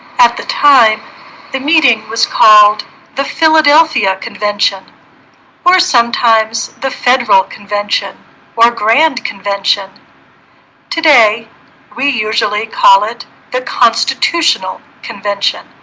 at the time the meeting was called the philadelphia convention or sometimes the federal convention or grand convention today we usually call it the constitutional convention